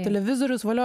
televizorius valio